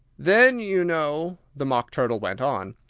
then, you know, the mock turtle went on,